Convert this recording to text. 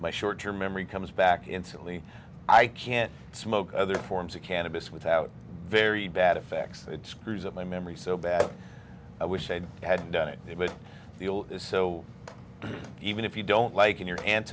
my short term memory comes back instantly i can't smoke other forms of cannabis without very bad effects and it screws up my memory so bad i wish i had done it but the old is so even if you don't like in your an